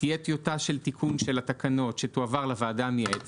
תהיה טיוטה של תיקון של התקנות שתועבר לוועדה המייעצת,